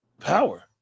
power